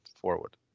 forward